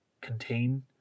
contain